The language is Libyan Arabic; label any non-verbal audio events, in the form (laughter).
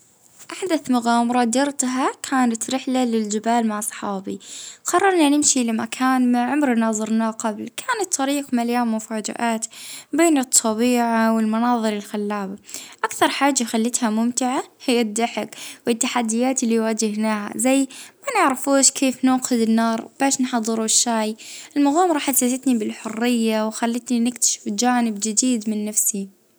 آخر مغامرة كانت رحلة صغيرة للواحات والجنوب، (hesitation) الجو كان مليان حياة والطبيعة رائعة حسيت بروحي بعيد بعيدة على ضغط الحياة اليومية.